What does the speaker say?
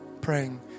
praying